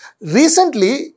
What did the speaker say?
Recently